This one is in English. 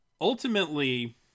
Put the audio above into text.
ultimately